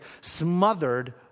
smothered